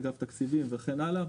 אגף תקציבים וכן הלאה.